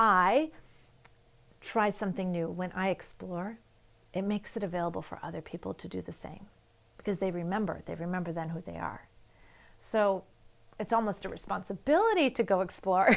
i try something new when i explore it makes it available for other people to do the same because they remember they remember then who they are so it's almost a responsibility to go explore